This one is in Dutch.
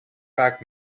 vaak